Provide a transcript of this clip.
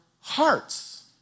hearts